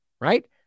right